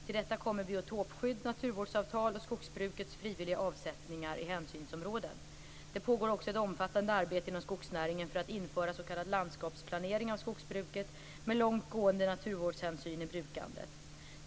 Till detta kommer biotopskydd, naturvårdsavtal och skogsbrukets frivilliga avsättningar i hänsynsområden. Det pågår också ett omfattande arbete inom skogsnäringen för att införa s.k. landskapsplanering av skogsbruket med långt gående naturvårdshänsyn i brukandet.